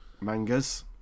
mangas